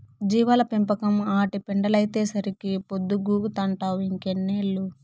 జీవాల పెంపకం, ఆటి పెండలైతేసరికే పొద్దుగూకతంటావ్ ఇంకెన్నేళ్ళు